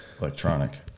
Electronic